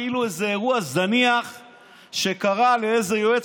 כאילו זה איזה אירוע זניח שקרה לאיזה יועץ